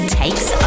takes